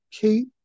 Kate